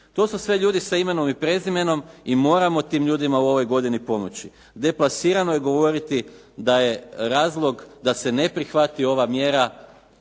To su sve ljudi sa imenom i prezimenom i moramo tim ljudima u ovoj godini pomoći. Deplasirano je govoriti da je razlog da se ne prihvati ova mjera